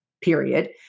period